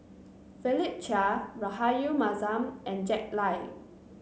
Philip Chia Rahayu Mahzam and Jack Lai